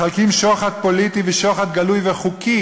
מחלקים שוחד פוליטי ושוחד גלוי וחוקי